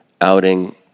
Outing